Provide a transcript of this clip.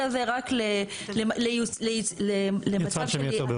הזה רק למצב --- יצרן שמייצר באירופה.